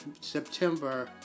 September